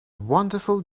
wonderful